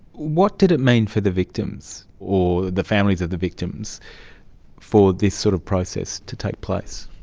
what did it mean for the victims or the families of the victims for this sort of process to take place?